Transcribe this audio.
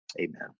Amen